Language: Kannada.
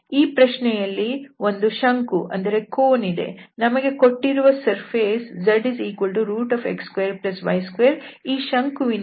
ಈ ಪ್ರಶ್ನೆಯಲ್ಲಿ ಒಂದು ಶಂಕು ಇದೆ ನಮಗೆ ಕೊಟ್ಟಿರುವ ಮೇಲ್ಮೈ zx2y2 ಈ ಶಂಕುವಿನ ಮೇಲ್ಮೈ